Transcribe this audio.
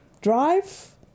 drive